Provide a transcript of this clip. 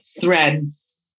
threads